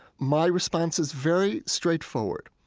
my response is very straightforward.